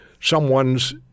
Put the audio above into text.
someone's